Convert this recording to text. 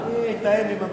אני אתאם עם הממשלה.